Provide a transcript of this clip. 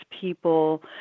people –